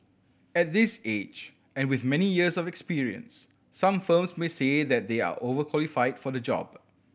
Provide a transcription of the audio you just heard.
at this age and with many years of experience some firms may say that they are overqualified for the job